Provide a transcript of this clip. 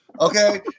Okay